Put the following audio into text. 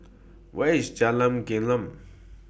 Where IS Jalan Gelam